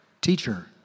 Teacher